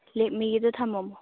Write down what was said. ꯂꯦꯛꯃꯤꯒꯤꯗꯣ ꯊꯝꯃꯝꯃꯣ